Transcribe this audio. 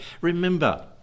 Remember